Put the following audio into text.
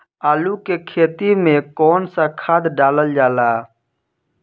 आलू के खेती में कवन सा खाद डालल जाला?